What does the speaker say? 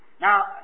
Now